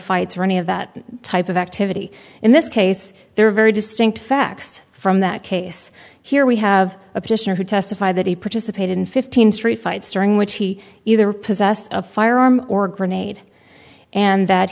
fights or any of that type of activity in this case they're very distinct facts from that case here we have a petitioner who testified that he participated in fifteen street fights during which he either possessed a firearm or grenade and that